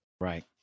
Right